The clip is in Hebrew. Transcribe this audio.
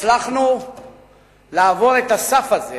הצלחנו לעבור את הסף הזה